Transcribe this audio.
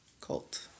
Cult